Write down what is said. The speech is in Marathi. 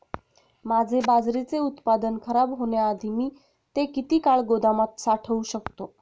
माझे बाजरीचे उत्पादन खराब होण्याआधी मी ते किती काळ गोदामात साठवू शकतो?